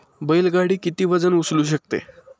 बैल गाडी किती वजन उचलू शकते?